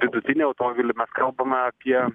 vidutinį automobilį mes kalbame apie